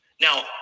now